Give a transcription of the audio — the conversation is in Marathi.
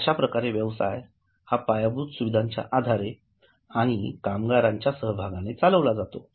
अश्याप्रकारे व्यवसाय हा पायाभूत सुविधांच्या आधारे आणि कामगारांच्या सहभागाने चालविला जातो